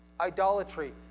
idolatry